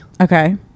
Okay